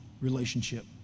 relationship